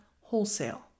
wholesale